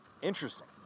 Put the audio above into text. Interesting